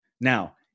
Now